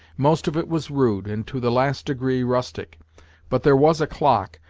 most of it was rude, and to the last degree rustic but there was a clock,